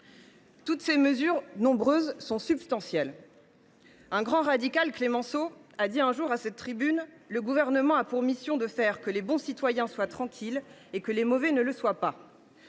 Toutes ces mesures, nombreuses, sont substantielles. Un grand radical, Clemenceau, a dit un jour à cette tribune :« Le Gouvernement a pour mission de faire que les bons citoyens soient tranquilles, que les mauvais ne le soient pas. »